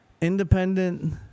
independent